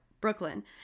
Brooklyn